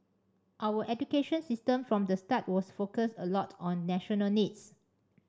our education system from the start was focused a lot on national needs